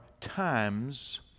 times